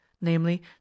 namely